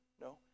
No